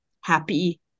happy